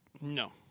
no